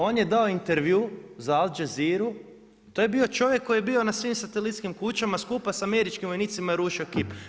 On je dao intervju za Al Jazeeru to je bio čovjek koji je bio na svim satelitskim kućama skupa sa američkim vojnicima je rušio kip.